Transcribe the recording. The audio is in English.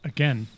Again